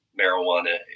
marijuana